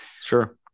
Sure